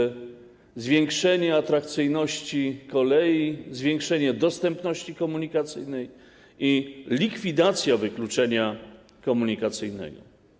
Panie ministrze... ...zwiększenie atrakcyjności kolei, zwiększenie dostępności komunikacyjnej i likwidacja wykluczenia komunikacyjnego.